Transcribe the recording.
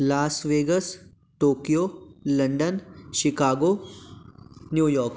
Las Vegas Tokyo London Chicago New York